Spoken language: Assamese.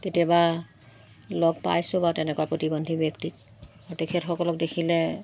কেতিয়াবা লগ পাইছোঁ বাৰু তেনেকুৱা প্ৰতিবন্ধী ব্যক্তিতক তেখেতসকলক দেখিলে